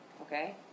okay